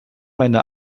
meine